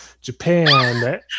Japan